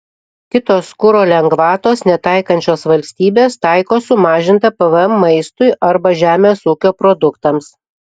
kitos kuro lengvatos netaikančios valstybės taiko sumažintą pvm maistui arba žemės ūkio produktams